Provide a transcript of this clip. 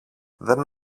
δεν